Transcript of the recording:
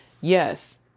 Yes